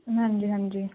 ਹਾਂਜੀ ਹਾਂਜੀ